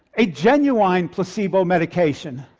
a genuine placebo medication,